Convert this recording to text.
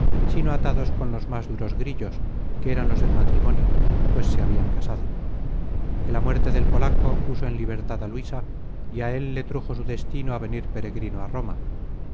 sino atados con más duros grillos que eran los del matrimonio pues se habian casado que la muerte del polaco puso en libertad á luisa y á él le trujo su destino á venir peregrino a roma